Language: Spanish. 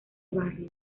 barrio